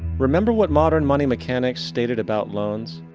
remember what modern money mechanics stated about loans?